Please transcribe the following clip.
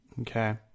Okay